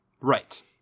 Right